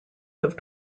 have